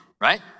right